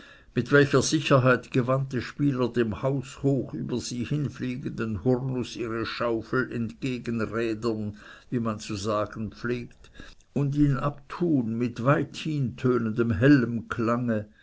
mit welcher sicherheit gewandte spieler dem haushoch über sie hinfliegenden hurnuß ihre schaufel entgegenrädern wie man zu sagen pflegt und ihn abtun mit weithin tönendem hellem klang